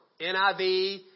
NIV